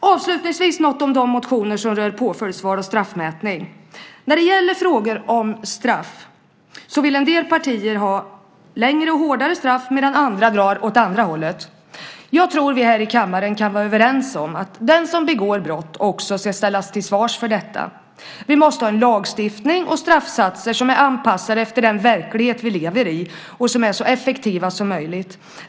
Avslutningsvis ska jag säga något om de motioner som rör påföljdsval och straffmätning. En del partier vill ha längre och hårdare straff medan andra partier drar åt andra hållet. Jag tror att vi här i kammaren kan vara överens om att den som begår brott också ska ställas till svars för detta. Vi måste ha en lagstiftning och straffsatser som är anpassade efter den verklighet vi lever i och som är så effektiva som möjligt.